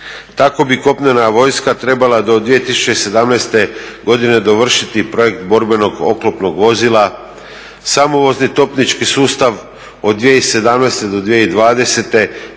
Tako bi kopnena vojska trebala do 2017. godine dovršiti projekt borbenog oklopnog vozila, samovozni topnički sustav od 2017. do 2020.,